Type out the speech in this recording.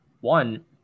one